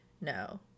No